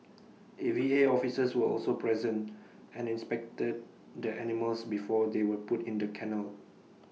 A V A officers were also present and inspected the animals before they were put in the kennel